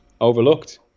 overlooked